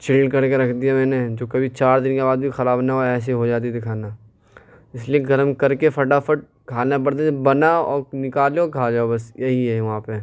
chilled کر کے رکھ دیا میں نے جو کبھی چار دن کے بعد بھی خراب نہ ہو ایسی ہو جاتی تھی کھانا اس لیے گرم كركے فٹافٹ كھانا پڑتا تھا بناؤ نكالو كھا جاؤ بس یہی ہے وہاں پہ